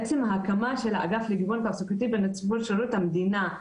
עצם ההקמה של האגף לגיוון תעסוקתי בנציבות שירות המדינה,